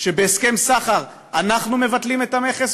בהסכם סחר אנחנו מבטלים את המכס,